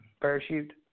parachute